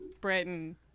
Britain